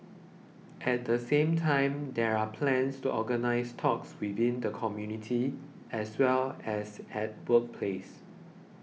at the same time there are plans to organise talks within the community as well as at workplace